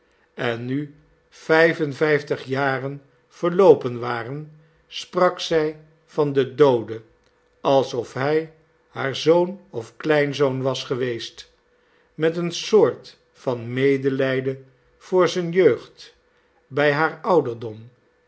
en nu vijf en vijftig jaren verloopen waren sprak zij van den doode alsof hij haar zoonof kleinzoon was geweest met eene soort van medelijden voor zijne jeugd bij haar ouderdom